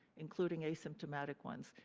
including asymptomatic ones.